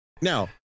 now